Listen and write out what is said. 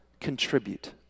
contribute